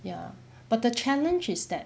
ya but the challenge is that